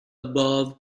above